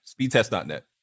Speedtest.net